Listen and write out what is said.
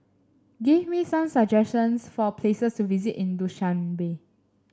give me some suggestions for places to visit in Dushanbe